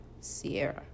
Sierra